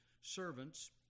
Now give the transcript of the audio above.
servants